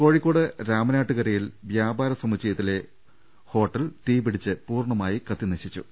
കോഴിക്കോട് രാമനാട്ടുകരയിൽ വ്യാപാര സമുച്ചയ ത്തിലെ ഹോട്ടൽ തീപിടിച്ച് പൂർണ്ണമായി കത്തിനശി ച്ചു